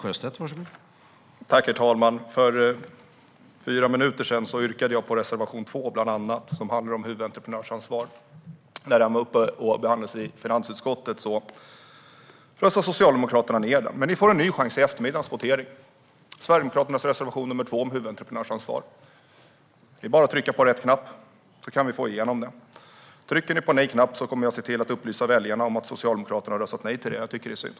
Herr talman! För fyra minuter sedan yrkade jag bifall till reservation 2 om huvudentreprenörsansvar. När den behandlades i finansutskottet röstade Socialdemokraterna ned den. Men ni får en ny chans att rösta på Sverigedemokraternas reservation 2 om huvudentreprenörsansvar i eftermiddagens votering. Det är bara att trycka på rätt knapp, så får vi igenom den. Trycker ni på nej-knappen kommer jag att upplysa väljarna om att Socialdemokraterna har röstat nej, för jag tycker att det är synd.